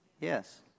Yes